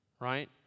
right